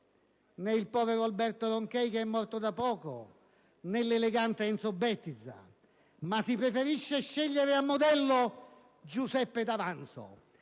né il povero Alberto Ronchey, che è morto da poco, né l'elegante Enzo Bettiza, ma si preferisce scegliere a modello Giuseppe D'Avanzo.